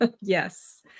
Yes